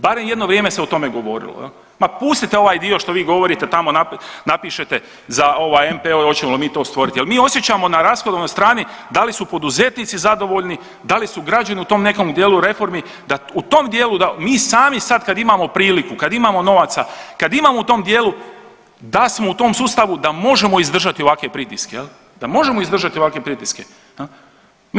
Barem jedno vrijeme se o tome govorilo jel, ma pustite vi ovaj dio što vi govorite tamo napišete za ovaj NPO hoćemo li to stvorit jer mi osjećamo na rashodovnoj strani da li poduzetnici zadovoljni, da li su građani u tom nekom dijelu reformi, da u tom dijelu da mi sami sad kad imamo priliku, kad imamo novaca kad imamo u tom dijelu, da smo u tom sustavu da možemo izdržati ovakve pritiske jel, da možemo izdržati ovakve pritiske jel.